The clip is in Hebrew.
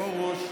פרוש.